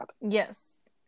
Yes